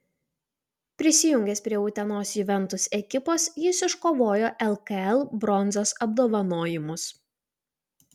prisijungęs prie utenos juventus ekipos jis iškovojo lkl bronzos apdovanojimus